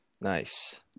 Nice